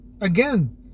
Again